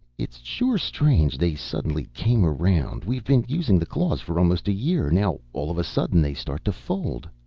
it's sure strange they suddenly came around. we've been using the claws for almost a year. now all of a sudden they start to fold.